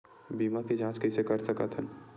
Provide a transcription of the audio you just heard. बीमा के जांच कइसे कर सकत हन?